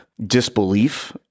Disbelief